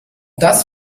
das